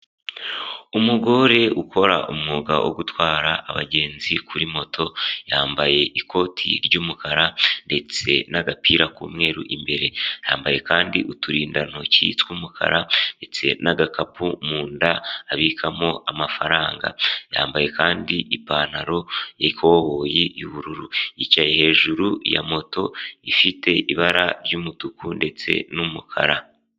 Umugore ukora umwuga wo gutwara abagenzi kuri moto yambaye ikoti ry'umukara ndetse n'agapira k'umweru imbere, yambaye kandi uturindantoki tw'umukara ndetse n'agakapu mu nda abikamo amafaranga, yambaye kandi ipantaro y'ikoboyi y'ubururu, yicaye hejuru ya moto ifite ibara ry'umutuku ndetse n'umukara.